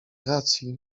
racji